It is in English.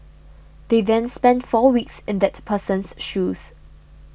they then spend four weeks in that person's shoes